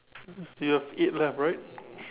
you have eight left right